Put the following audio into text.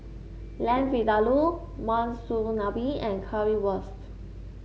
Lamb Vindaloo Monsunabe and Currywurst